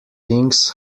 things